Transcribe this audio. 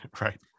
Right